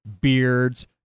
beards